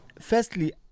Firstly